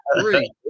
Three